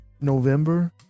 November